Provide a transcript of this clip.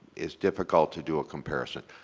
it's difficult to do a comparison.